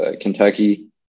Kentucky